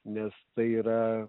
nes tai yra